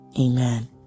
Amen